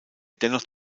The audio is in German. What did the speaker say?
dennoch